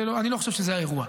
אני לא חושב שזה האירוע.